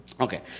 Okay